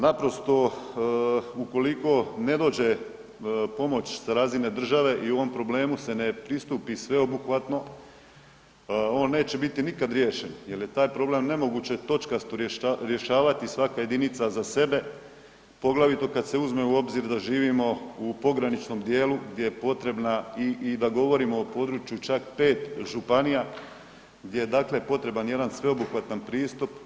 Naprosto ukoliko ne dođe pomoć sa razine države i ovom problemu se ne pristupi sveobuhvatno on neće biti nikad riješen jel je taj problem točkasto rješavati svaka jedinica za sebe, poglavito kada se uzme u obzir da živimo u pograničnom dijelu gdje je potrebna i da govorimo o području čak pet županija gdje je potreban jedan sveobuhvatan pristup.